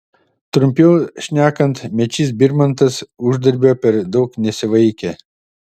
trumpiau šnekant mečys birmantas uždarbio per daug nesivaikė